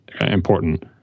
important